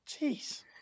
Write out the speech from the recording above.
Jeez